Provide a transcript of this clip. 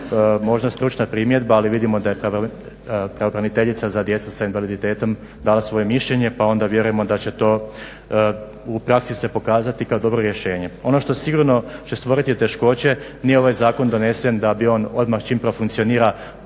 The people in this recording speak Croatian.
možda stručna primjedba, ali vidimo da je pravobraniteljica za djecu sa invaliditetom dala svoje mišljenje pa onda vjerujemo da će to u praksi se pokazati kao dobro rješenje. Ono što sigurno će stvoriti teškoće, nije ovaj zakon donesen da bi on odmah čim profunkcionira